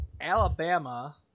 Alabama